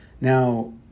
Now